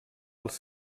els